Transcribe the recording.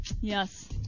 Yes